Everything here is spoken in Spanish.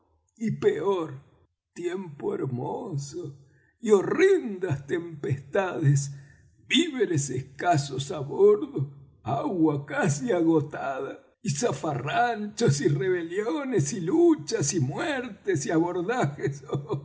y peor tiempo hermoso y horrendas tempestades víveres escasos á bordo agua casi agotada y zafarranchos y rebeliones y luchas y muertes y abordajes